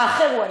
"האחר הוא אני".